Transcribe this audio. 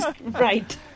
right